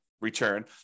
Return